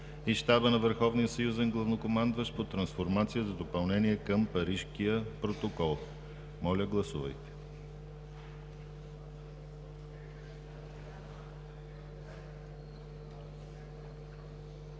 съюзен главнокомандващ по трансформацията за допълнение на Парижкия протокол. Моля, гласувайте.